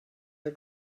air